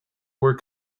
were